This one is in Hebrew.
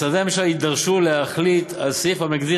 משרדי הממשלה יידרשו להחליט על סעיף המגדיר